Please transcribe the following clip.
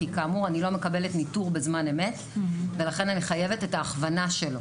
כי כאמור אני לא מקבלת ניטור בזמן אמת ולכן אני חייבת את ההכוונה שלו.